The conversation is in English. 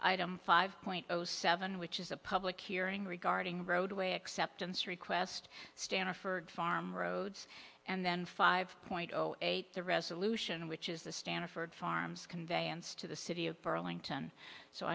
item five point zero seven which is a public hearing regarding roadway acceptance request staniford farm roads and then five point zero eight the resolution which is the stanford farms conveyance to the city of burlington so